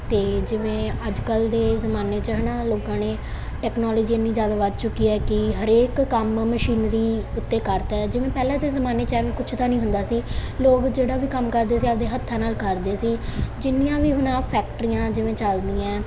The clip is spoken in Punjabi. ਤੇ ਜਿਵੇਂ ਅੱਜ ਕੱਲ ਦੇ ਜ਼ਮਾਨੇ 'ਚ ਲੋਕਾਂ ਨੇ ਟੈਕਨੋਲੋਜੀ ਇਨੀ ਜ਼ਿਆਦਾ ਵੱਧ ਚੁੱਕੀ ਹੈ ਕੀ ਹਰੇਕ ਕੰਮ ਮਸ਼ੀਨਰੀ ਉੱਤੇ ਕਰਤਾ ਜਿਵੇਂ ਪਹਿਲਾਂ ਤੇ ਜ਼ਮਾਨੇ 'ਚ ਕੁਝ ਤਾਂ ਨਹੀਂ ਹੁੰਦਾ ਸੀ ਲੋਕ ਜਿਹੜਾ ਵੀ ਕੰਮ ਕਰਦੇ ਸੀ ਆਪਦੇ ਹੱਥਾਂ ਨਾਲ ਕਰਦੇ ਸੀ ਜਿੰਨੀਆਂ ਵੀ ਹੁਣ ਆਹ ਫੈਕਟਰੀਆਂ ਜਿਵੇਂ ਚੱਲਦੀਆਂ